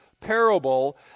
parable